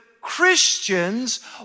Christians